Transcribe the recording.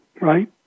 right